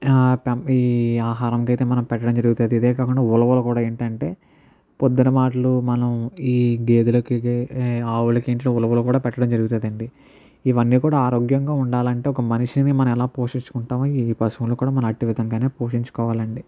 పెంప ఈ ఆహారంకైతే మనం పెట్టడం జరుగుతుంది ఇదే కాకుండా ఉలవలు కూడా ఏంటంటే పొద్దున మాటలు మనం ఈ గేదలకికి ఆవులకి ఇంట్లో ఉలవలు కూడా పెట్టడం జరుగుతుంది అండి ఇవన్నీ కూడా ఆరోగ్యంగా ఉండాలి అంటే ఒక మనిషిని మనం ఎలా పోషించుకుంటామో ఈ పశువులను కూడా మనం అట్టి విధంగానే పోషించుకోవాలి అండి